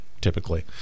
typically